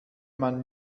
man